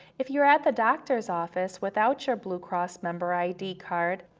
if you're at the doctor's office without your blue cross member id card,